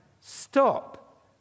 Stop